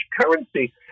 currency